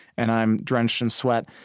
and i'm drenched in sweat.